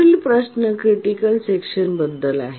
पुढील प्रश्न क्रिटिकल सेक्शनबद्दल आहे